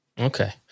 Okay